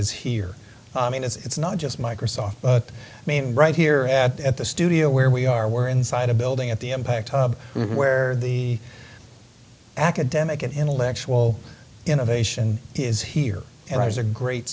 is here i mean it's not just microsoft but i mean right here at the studio where we are we're inside a building at the impact of where the academic and intellectual innovation is here and i was a great